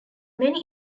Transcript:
many